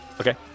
Okay